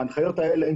בהנחיות האלה,